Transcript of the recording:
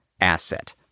asset